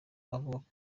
avuga